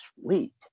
sweet